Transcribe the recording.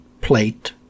plate